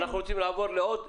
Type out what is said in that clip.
אנחנו רוצים לעבור לעוד.